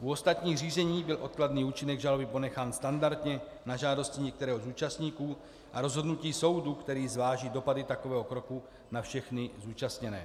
U ostatních řízení byl odkladný účinek žaloby ponechán standardně na žádosti některého z účastníků a rozhodnutí soudu, který zváží dopady takového kroku na všechny zúčastněné.